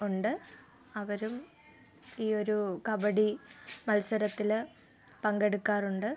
ഉണ്ട് അവരും ഈ ഒരു കബഡി മത്സരത്തിൽ പങ്കെടുക്കാറുണ്ട്